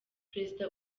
prezida